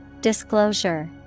Disclosure